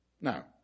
Now